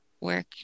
work